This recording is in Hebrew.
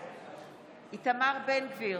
בעד איתמר בן גביר,